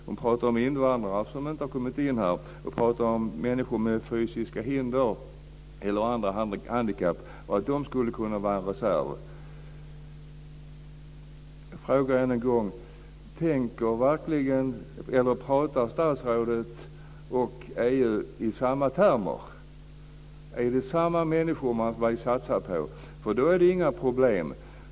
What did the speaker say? Hon pratar om invandrare som inte har kommit in på arbetsmarknaden, och hon pratar om att människor med fysiska hinder och handikapp skulle vara en reserv. Pratar statsrådet och EU i samma termer? Är det samma människor man vill satsa på? Då är det inga problem.